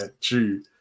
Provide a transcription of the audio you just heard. true